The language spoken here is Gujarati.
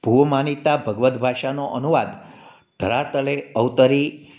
ભૂમાનીતા ભગવત ભાષાનું અનુવાદ ધરાતળે અવતરી